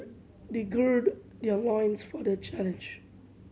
they gird their loins for the challenge